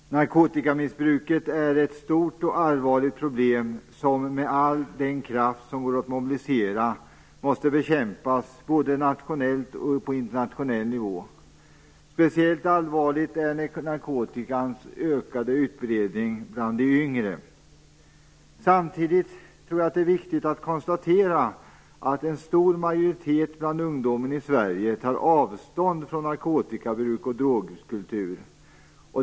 Fru talman! Narkotikamissbruket är ett stort och allvarligt problem som med all kraft som går att mobilisera måste bekämpas på både nationell och internationell nivå. Speciellt allvarligt är narkotikans ökade utbredning bland de yngre. Samtidigt tror jag att det är viktigt att konstatera att en stor majoritet bland ungdomen i Sverige tar avstånd från narkotikabruk och drogkultur.